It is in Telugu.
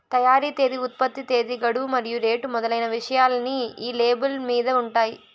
తయారీ తేదీ ఉత్పత్తి తేదీ గడువు మరియు రేటు మొదలైన విషయాలన్నీ ఈ లేబుల్ మీద ఉంటాయి